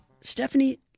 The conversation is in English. Stephanie